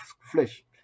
flesh